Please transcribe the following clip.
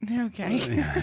okay